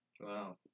Wow